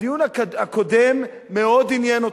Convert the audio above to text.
הדיון הקודם מאוד עניין אותך.